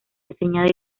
diseñada